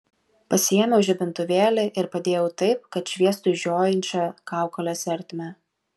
pasiėmiau žibintuvėlį ir padėjau taip kad šviestų į žiojinčią kaukolės ertmę